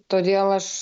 todėl aš